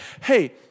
hey